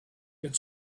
could